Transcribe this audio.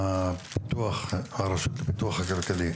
הנהלת הרשות הפיתוח הכלכלי.